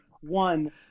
One